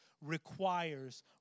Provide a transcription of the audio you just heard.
requires